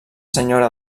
senyora